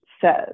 says